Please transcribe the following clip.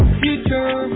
future